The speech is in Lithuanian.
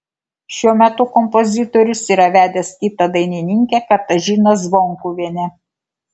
šiuo metu kompozitorius yra vedęs kitą dainininkę katažiną zvonkuvienę